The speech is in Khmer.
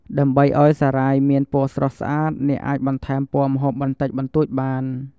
ដើម្បីឱ្យសារាយមានពណ៌ស្រស់ស្អាត អ្នកអាចបន្ថែមពណ៌ម្ហូបបន្តិចបន្តួចបាន។